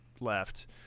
left